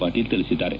ಪಾಟೀಲ್ ತಿಳಿಸಿದ್ದಾರೆ